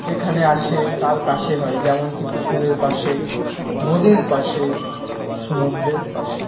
যেখানে আছে তার কাছে হয় যেমন কী পুকুরের পাশে নদীর পাশে সমুদ্রের পাশে